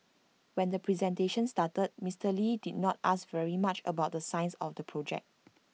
when the presentation started Mister lee did not ask very much about the science or the projects